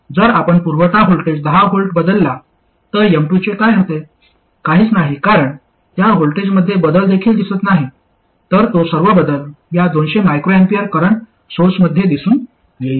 जर आपण पुरवठा व्होल्टेज 10V बदलला तर M2 चे काय होते काहीच नाही कारण त्या व्होल्टेजमध्ये बदल देखील दिसत नाही तर तो सर्व बदल या 200 µA करंट सोर्समध्ये दिसून येईल